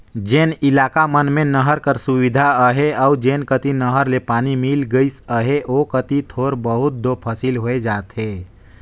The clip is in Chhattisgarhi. जेन इलाका मन में नहर कर सुबिधा अहे अउ जेन कती नहर ले पानी मिल गइस अहे ओ कती थोर बहुत दो फसिल होए जाथे